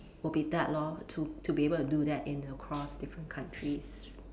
would be that lor to to be able to do that in across different countries